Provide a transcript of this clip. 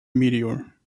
meteor